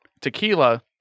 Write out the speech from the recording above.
tequila